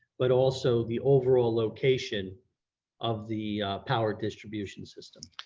but also the overall location of the power distribution system.